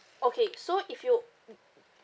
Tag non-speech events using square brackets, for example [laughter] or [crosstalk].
okay so if you [noise]